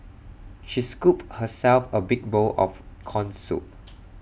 she scooped herself A big bowl of Corn Soup